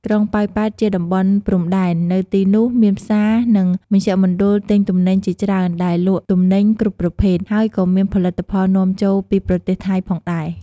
ក្រុងប៉ោយប៉ែតជាតំបន់ព្រំដែន នៅទីនោះមានផ្សារ និង មជ្ឈមណ្ឌលទិញទំនិញជាច្រើនដែលលក់ទំនិញគ្រប់ប្រភេទ ហើយក៏មានផលិតផលនាំចូលពីប្រទេសថៃផងដែរ។